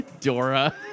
Dora